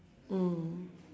mm